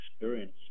experience